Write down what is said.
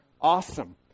awesome